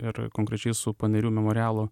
ir konkrečiai su panerių memorialo